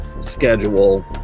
schedule